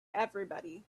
everybody